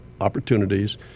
opportunities